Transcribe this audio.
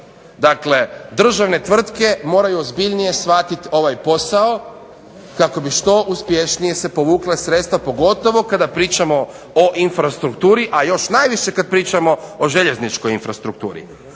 Dakle, državne tvrtke moraju ozbiljnije shvatiti ovaj posao kako bi što uspješnije se povukla sredstva pogotovo kada pričamo o infrastrukturi, a još najviše kad pričamo o željezničkoj infrastrukturi.